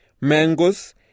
mangoes